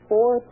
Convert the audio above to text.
Four